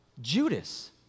Judas